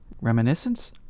Reminiscence